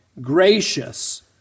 gracious